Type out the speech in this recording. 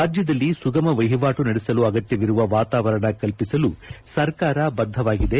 ರಾಜ್ಯದಲ್ಲಿ ಸುಗಮ ವಹಿವಾಟು ನಡೆಸಲು ಅಗತ್ಯವಿರುವ ವಾತಾವರಣ ಕಲ್ಪಿಸಲು ಸರ್ಕಾರ ಬದ್ದವಾಗಿದೆ